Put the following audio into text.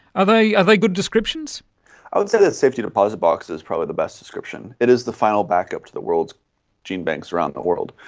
are they yeah they good descriptions? i would say that safety deposit box is probably the best description. it is the final backup to the world's gene banks around the world.